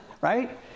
right